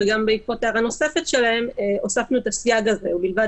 וגם בעקבות הערה נוספת שלהם הוספנו את הסייג הזה: "ובלבד